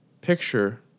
picture